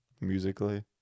musically